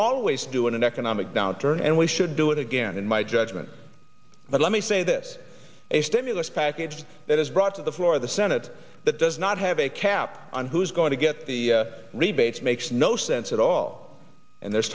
always do in an economic downturn and we should do it again in my judgment but let me say this a stimulus package that is brought to the floor of the senate that does not have a cap on who's going to get the rebates makes no sense at all and there's